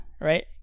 right